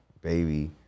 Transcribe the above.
baby